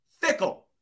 fickle